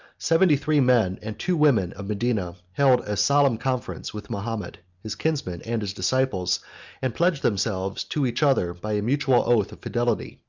seventy-three men and two women of medina held a solemn conference with mahomet, his kinsman, and his disciples and pledged themselves to each other by a mutual oath of fidelity.